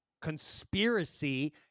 conspiracy